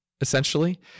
essentially